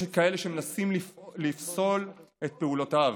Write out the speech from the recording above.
יש כאלה שמנסים לפסול את פעולותיו,